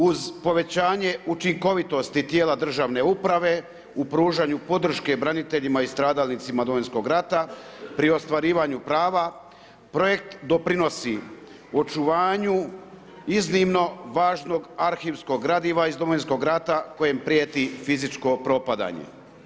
Uz povećanje učinkovitosti tijela državne uprave u pružanju podrške braniteljima i stradalnicima Domovinskog rata pri ostvarivanju prava, projekt doprinosi očuvanju iznimno važnog arhivskog gradiva iz Domovinskog rata kojem prijeti fizičko propadanje.